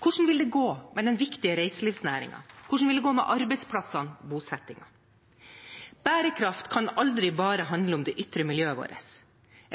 Hvordan vil det gå med den viktige reiselivsnæringen? Hvordan vil det gå med arbeidsplassene og bosettingen? Bærekraft kan aldri bare handle om det ytre miljøet vårt.